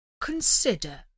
consider